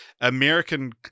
American